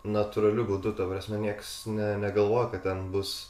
natūraliu būdu ta prasme nieks ne negalvojo kad ten bus